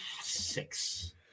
six